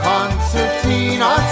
Concertina